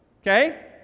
Okay